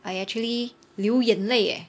I actually 流眼泪 eh